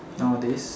nowadays